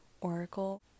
Oracle